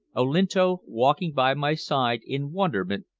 olinto walking by my side in wonderment,